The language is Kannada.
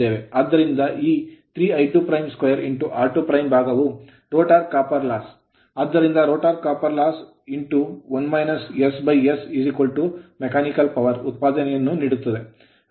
ಆದ್ದರಿಂದ ಈ 3 I22 r2 ಭಾಗವು rotor copper loss ರೋಟರ್ ತಾಮ್ರದ ನಷ್ಟವಾಗಿದೆ ಆದ್ದರಿಂದ rotor copper loss ರೋಟರ್ ತಾಮ್ರದ ನಷ್ಟ s Mechanical power ಯಾಂತ್ರಿಕ ಶಕ್ತಿಯ ಉತ್ಪಾದನೆಯನ್ನು ನೀಡುತ್ತದೆ